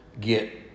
get